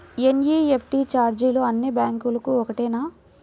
NEFT ఛార్జీలు అన్నీ బ్యాంక్లకూ ఒకటేనా?